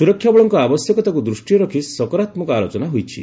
ସୁରକ୍ଷାବଳଙ୍କ ଆବଶ୍ୟକତାକୁ ଦୃଷ୍ଟିରେ ରଖି ସକାରାତ୍ମକ ଆଲୋଚନା ହୋଇଛି